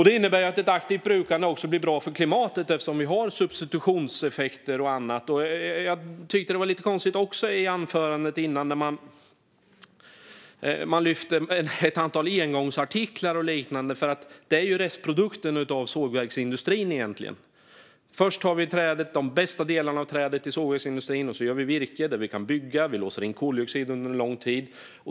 Det innebär att ett aktivt brukande också blir bra för klimatet eftersom det finns substitutionseffekter och så vidare. Jag tyckte att det var lite konstigt i det tidigare anförandet när ledamoten lyfte fram ett antal engångsartiklar. Det är restprodukten från sågverksindustrin. Först går de bästa delarna av trädet till sågverksindustrin. Det blir virke, vi kan bygga, och koldioxid låses in under lång tid.